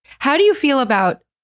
how do you feel about,